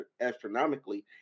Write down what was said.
astronomically